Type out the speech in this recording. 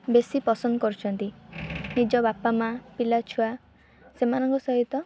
ବେଶୀ ପସନ୍ଦ କରୁଛନ୍ତି ନିଜ ବାପା ମାଆ ପିଲା ଛୁଆ ସେମାନଙ୍କ ସହିତ